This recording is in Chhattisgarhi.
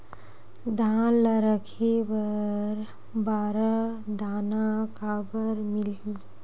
धान ल रखे बर बारदाना काबर मिलही?